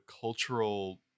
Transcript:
cultural